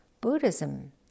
Buddhism